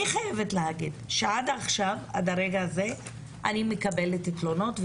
אני חייבת להגיד שעד לרגע זה אני מקבלת תלונות,